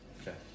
Okay